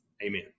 Amen